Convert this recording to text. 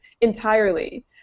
entirely